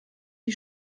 die